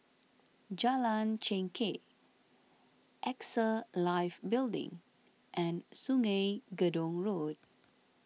Jalan Chengkek Axa Life Building and Sungei Gedong Road